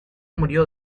murió